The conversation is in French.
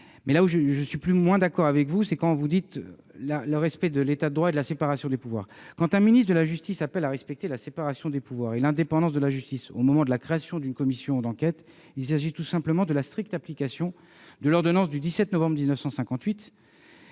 revanche, je suis moins d'accord avec vous quand vous parlez de la séparation des pouvoirs. Lorsqu'un ministre de la justice appelle à respecter la séparation des pouvoirs et l'indépendance de la justice au moment de la création d'une commission d'enquête, il s'agit tout simplement de la stricte application de l'ordonnance du 17 novembre 1958.